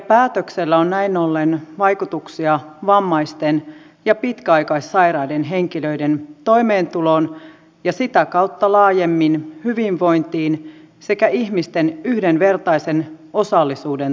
päätöksellä on näin ollen vaikutuksia vammaisten ja pitkäaikaissairaiden henkilöiden toimeentuloon ja sitä kautta laajemmin hyvinvointiin sekä ihmisten yhdenvertaisen osallisuuden toteutumiseen